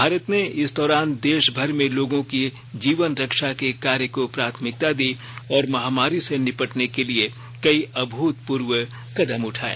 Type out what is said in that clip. भारत ने इस दौरान देश भर में लोगों की जीवन रक्षा के कार्य को प्राथमिकता दी और महामारी से निपटने के लिए कई अभूतपूर्व कदम उठाये